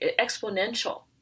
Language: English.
exponential